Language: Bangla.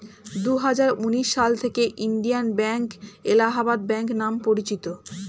দুহাজার উনিশ সাল থেকে ইন্ডিয়ান ব্যাঙ্ক এলাহাবাদ ব্যাঙ্ক নাম পরিচিত